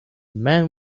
man